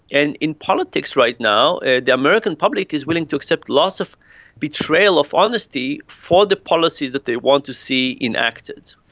and in politics right now the american public is willing to accept lots of betrayal of honesty for the policies that they want to see enacted.